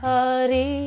Hari